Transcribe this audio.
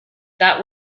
that